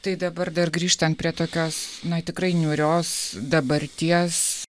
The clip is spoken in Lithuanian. tai dabar dar grįžtant prie tokios na tikrai niūrios dabarties